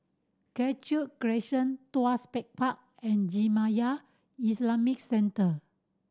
Cashew Crescent Tuas Pech Park and Jamiyah Islamic Centre